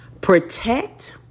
Protect